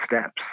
steps